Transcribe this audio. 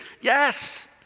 Yes